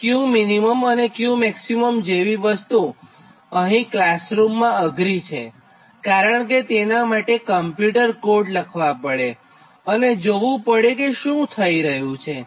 તો Qmin અને Qmax જેવી વસ્તુ અહીં ક્લાસરૂમમાં અઘરી છેકારણ કે તેના માટે કોમ્પ્યુટર કોડ લખવા પડે અને જોવું પડે કે શું થઇ રહ્યું છે